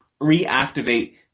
reactivate